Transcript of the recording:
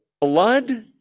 Blood